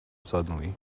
suddenly